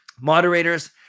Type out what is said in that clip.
Moderators